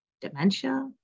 dementia